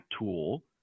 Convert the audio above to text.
tool